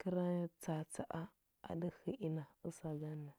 kəra tsa atsa a a ɗə hə i əsaganna.